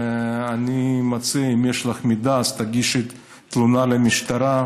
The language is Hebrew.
ואני מציע: אם יש לך מידע אז תגישי תלונה במשטרה.